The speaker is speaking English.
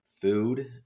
food